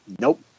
Nope